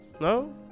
no